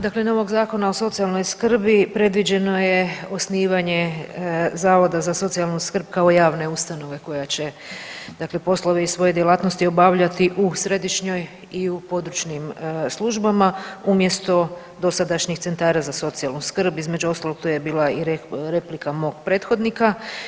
Prijedlogom novog Zakona o socijalnoj skrbi predviđeno je osnivanje Zavoda za socijalnu skrb kao javne ustanove koja će poslove iz svoje djelatnosti obavljati u središnjoj i područnim službama umjesto dosadašnjih centara za socijalnu skrb, između ostalog to je bila replika mog prethodnika.